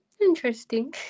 interesting